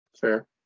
fair